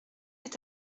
est